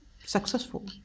successful